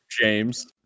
James